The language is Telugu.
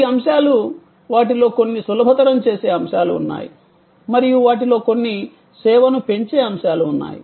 ఈ అంశాలు వాటిలో కొన్ని సులభతరం చేసే అంశాలు ఉన్నాయి మరియు వాటిలో కొన్ని సేవను పెంచే అంశాలు ఉన్నాయి